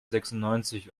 sechsundneunzig